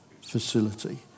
facility